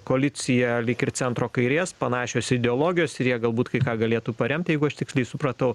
koalicija lyg ir centro kairės panašios ideologijos ir jie galbūt kai ką galėtų paremt jeigu aš tiksliai supratau